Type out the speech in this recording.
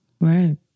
right